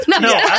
No